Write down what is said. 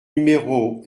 numéro